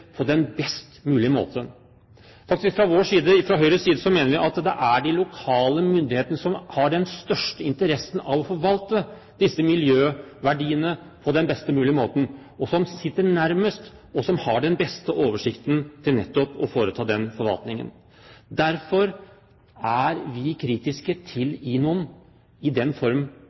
på en best mulig måte. Fra Høyres side mener vi faktisk at det er de lokale myndighetene som har den største interessen av å forvalte disse miljøverdiene på den best mulige måten, og som sitter nærmest og har den beste oversikten med tanke på nettopp å foreta den forvaltningen. Derfor er vi kritiske til INON i den form